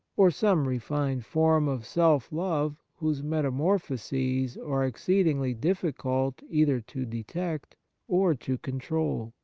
or some refined form of self-love whose metamorphoses are exceedingly difficult either to detect or to control.